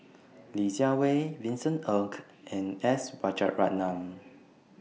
Li Jiawei Vincent Ng and S Rajaratnam